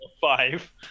five